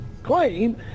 claim